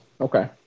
Okay